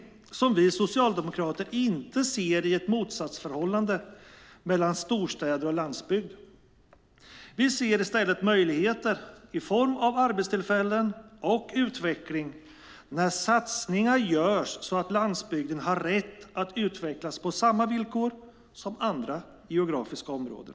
Vi socialdemokrater ser inte ett motsatsförhållande mellan storstäder och landsbygd. Vi ser i stället möjligheter i form av arbetstillfällen och utveckling när satsningar görs så att landsbygden har rätt att utvecklas på samma villkor som andra geografiska områden.